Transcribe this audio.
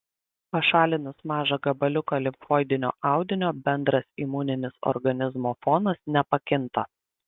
pašalinus mažą gabaliuką limfoidinio audinio bendras imuninis organizmo fonas nepakinta